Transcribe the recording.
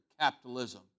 capitalism